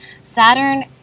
Saturn